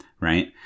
right